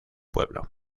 pueblo